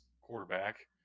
quarterback